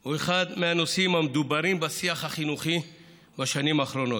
הוא אחד הנושאים המדוברים בשיח החינוכי בשנים האחרונות.